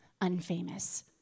unfamous